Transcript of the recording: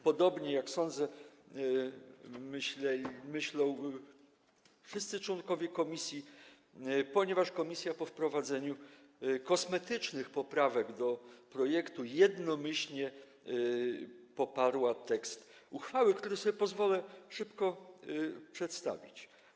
Podobnie, jak sądzę, myślą wszyscy członkowie komisji, ponieważ komisja po wprowadzeniu kosmetycznych poprawek do projektu jednomyślnie poparła tekst uchwały, który sobie pozwolę szybko przedstawić.